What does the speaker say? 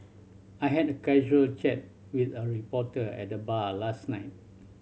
I had a casual chat with a reporter at the bar last night